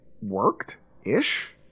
worked-ish